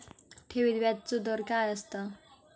ठेवीत व्याजचो दर काय असता?